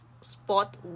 spot